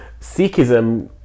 Sikhism